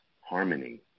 harmony